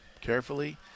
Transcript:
carefully